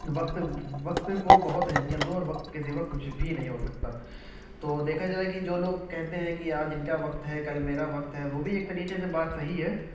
وقت وقت کو بہت اہمیت دو اور وقت کے سوا کچھ بھی نہیں ہوسکتا تو دیکھا جائے کہ جو لوگ کہتے ہیں کہ آج ان کا وقت ہے کل میرا وقت ہے وہ بھی ایک طریقے سے بات صحیح ہے